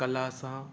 कला सां